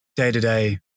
day-to-day